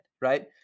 right